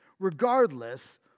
Regardless